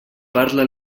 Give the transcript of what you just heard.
para